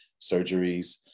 surgeries